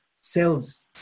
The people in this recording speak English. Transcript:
cells